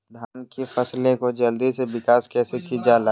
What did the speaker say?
धान की फसलें को जल्दी से विकास कैसी कि जाला?